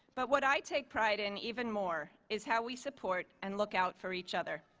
but what i take pride and even more is how we support and lookout for each other.